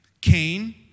Cain